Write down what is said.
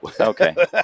Okay